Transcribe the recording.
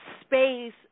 space